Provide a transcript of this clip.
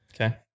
Okay